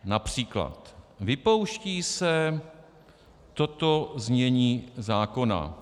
Například: Vypouští se toto znění zákona.